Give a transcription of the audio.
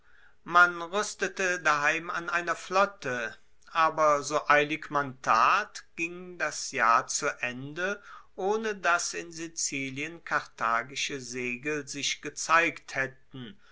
man ruestete daheim an einer flotte aber so eilig man tat ging das jahr zu ende ohne dass in sizilien karthagische segel sich gezeigt haetten